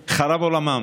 עצמכם.